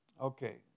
Okay